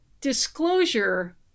disclosure